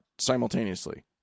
simultaneously